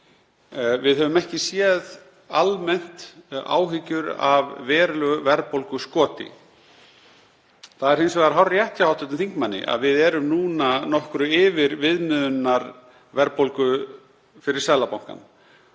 Við höfum ekki séð almennt áhyggjur af verulegu verðbólguskoti. Það er hins vegar hárrétt hjá hv. þingmanni að við erum núna nokkuð yfir viðmiðunarverðbólgu fyrir Seðlabankann